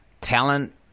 talent